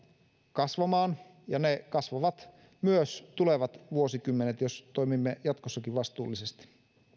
kasvamaan ja ne kasvavat myös tulevat vuosikymmenet jos toimimme jatkossakin vastuullisesti